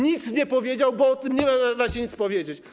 Nic nie powiedział, bo o tym nie da się nic powiedzieć.